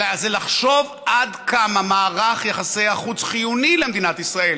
אלא זה לחשוב עד כמה מערך יחסי החוץ חיוני למדינת ישראל,